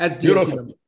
Beautiful